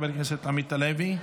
חבר הכנסת עמית הלוי,